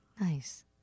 Nice